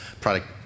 product